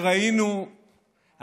שהיינו שם בטרגדיה,